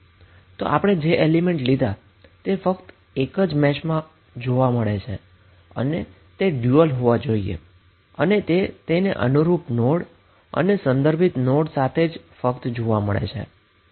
તો જે એલીમેન્ટ ફક્ત એક જ મેશમાં જોવા મળે છે તેમને ડયુઅલ હોવા જોઈએ જે તેને અનુરૂપ નોડ અને રેફેરન્સ નોડ વચ્ચે જ ફક્ત જોવા મળે છે